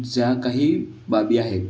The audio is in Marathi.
ज्या काही बाबी आहेत